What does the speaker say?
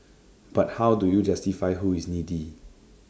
but how do you justify who is needy